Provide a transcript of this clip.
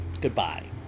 Goodbye